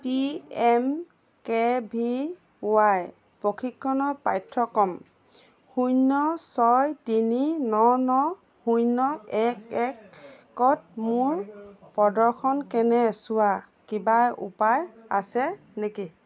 P M K V Y প্ৰশিক্ষণ পাঠ্যক্ৰম শূন্য ছয় তিনি ন ন শূন্য এক একত মোৰ প্ৰদৰ্শন কেনে চোৱাৰ কিবা উপায় আছে নেকি